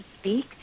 Speak